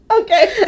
okay